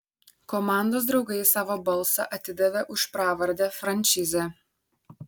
komandos draugai savo balsą atidavė už pravardę frančizė